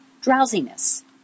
drowsiness